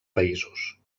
països